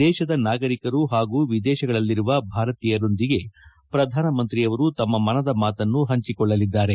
ದೇಶದ ನಾಗರಿಕರು ಹಾಗೂ ವಿದೇಶಗಳಲ್ಲಿರುವ ಭಾರತೀಯರೊಂದಿಗೆ ಪ್ರಧಾನಂತ್ರಿಯವರು ತಮ್ಮ ಮನದ ಮಾತನ್ನು ಪಂಚಿಕೊಳ್ಳಲಿದ್ದಾರೆ